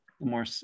more